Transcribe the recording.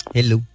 Hello